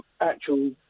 actual